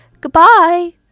goodbye